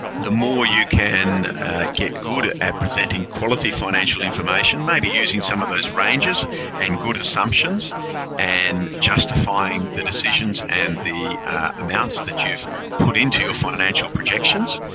the more you can get good at at presenting quality financial information, maybe using some of those ranges and good assumptions and justifying the decisions and the amounts that you've put in to your financial projections,